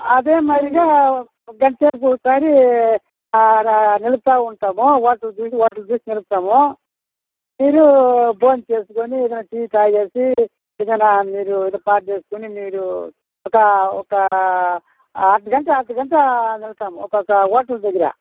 అదే మాదిరిగా ఒక గంట సేపు ఒకసారి ఆడ నిలపుతు ఉంటాము హోటల్ చూసి హోటల్ చూసి నిలపుతాము మీరు భోం చేసుకొని ఏదన్న టీ తాగి ఇకన మీరు ఏదన్న పాస్ చేసుకొని మీరు ఒక ఒక అరగంట అరగంట నిలపుతాము ఒక్కొక్క హోటల్ దగ్గర